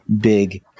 big